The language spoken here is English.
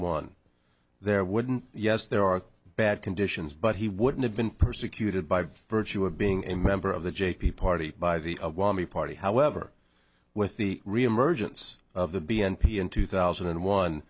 one there wouldn't yes there are bad conditions but he wouldn't have been persecuted by virtue of being a member of the j p party by the party however with the reemergence of the b n p in two thousand and one